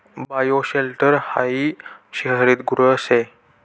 bioshelter हायी हरितगृह शे